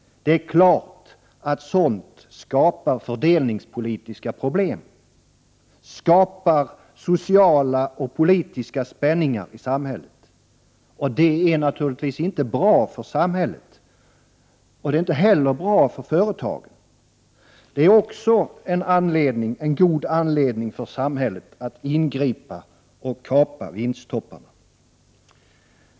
Det är klart att sådant skapar fördelningspolitiska problem. Det skapar sociala och politiska spänningar i samhället. Och det är naturligtvis inte bra för samhället. Det är inte heller bra för företagen. Detta är också en god anledning för samhället att ingripa och kapa vinsttopparna.